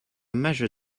measure